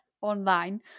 online